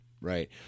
Right